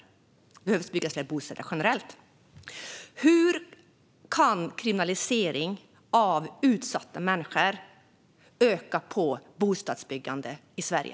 Det behöver byggas fler bostäder generellt. Hur kan kriminalisering av utsatta människor öka bostadsbyggandet i Sverige?